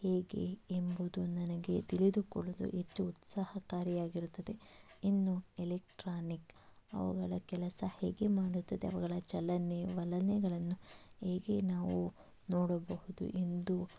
ಹೇಗೆ ಎಂಬುದು ನನಗೆ ತಿಳಿದುಕೊಳ್ಳುವುದು ಹೆಚ್ಚು ಉತ್ಸಾಹಕಾರಿಯಾಗಿರುತ್ತದೆ ಇನ್ನು ಎಲೆಕ್ಟ್ರಾನಿಕ್ ಅವುಗಳ ಕೆಲಸ ಹೇಗೆ ಮಾಡುತ್ತದೆ ಅವುಗಳ ಚಲನೆವಲನೆಗಳನ್ನು ಹೇಗೆ ನಾವು ನೋಡಬಹುದು ಎಂದು